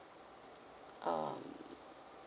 um